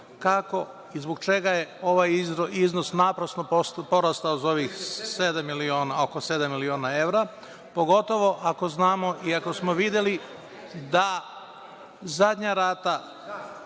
kako i zbog čega je ovaj iznos naprasno porastao za oko sedam miliona evra, pogotovo ako znamo, iako smo videli, da zadnja rata